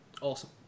Awesome